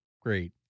great